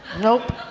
Nope